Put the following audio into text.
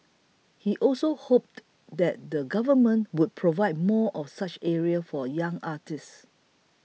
he also hoped that the Government would provide more of such areas for young artists